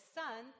son